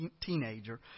teenager